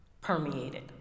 permeated